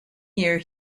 year